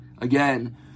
again